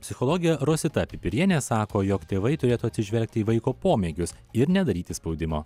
psichologė rosita pipirienė sako jog tėvai turėtų atsižvelgti į vaiko pomėgius ir nedaryti spaudimo